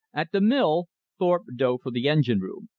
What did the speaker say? at the mill thorpe dove for the engine room.